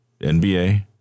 NBA